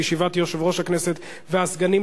בישיבה עם יושב-ראש הכנסת והסגנים,